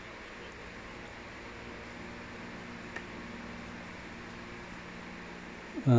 uh